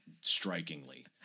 Strikingly